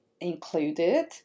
included